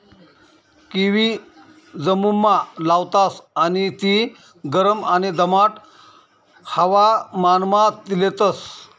kiwi जम्मुमा लावतास आणि ती गरम आणि दमाट हवामानमा लेतस